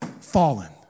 fallen